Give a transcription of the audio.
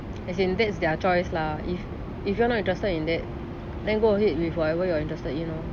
as in that's their choice lah if if you're interested in that then go ahead with whatever you are interested in lor